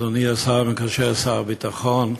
אדוני השר המקשר, שר הביטחון,